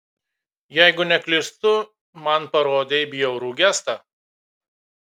jeigu neklystu man parodei bjaurų gestą